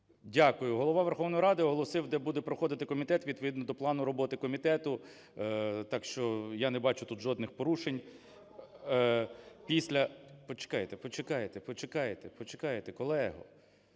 Дякую. Голова Верховної Ради оголосив, де буде проходити комітет, відповідно до плану роботи комітету. Так що я не бачу тут жодних порушень. Після… Почекайте. Почекайте. Почекайте.